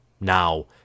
Now